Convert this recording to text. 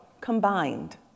combined